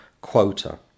quota